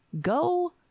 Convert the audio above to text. Go